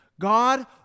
God